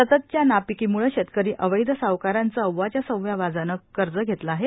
सततच्या नापिकीमुळे शेतकरी अवैध सावकारांचे अवाच्या सव्वा व्याजाने कर्ज घेतले आहे